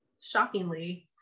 shockingly